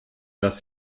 das